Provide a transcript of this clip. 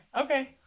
Okay